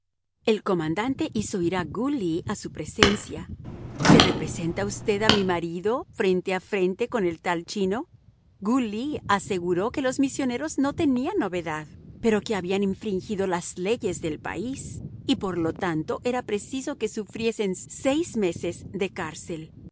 el comandante hizo ir a gu ly a su presencia se representa usted a mi marido frente a frente con el tal chino gu ly aseguró que los misioneros no tenían novedad pero que habían infringido las leyes del país y por lo tanto era preciso que sufriesen seis meses de cárcel